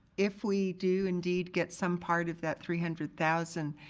if we do indeed get some part of that three hundred thousand,